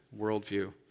worldview